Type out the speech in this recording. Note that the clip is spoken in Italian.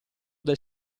del